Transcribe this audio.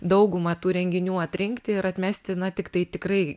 daugumą tų renginių atrinkti ir atmesti na tiktai tikrai